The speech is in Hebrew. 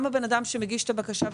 גם עם האדם שמגיש את הבקשה,